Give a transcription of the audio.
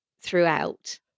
throughout